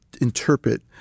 interpret